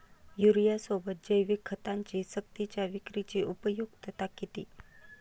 युरियासोबत जैविक खतांची सक्तीच्या विक्रीची उपयुक्तता किती?